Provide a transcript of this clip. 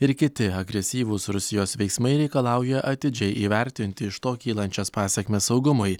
ir kiti agresyvūs rusijos veiksmai reikalauja atidžiai įvertinti iš to kylančias pasekmes saugumui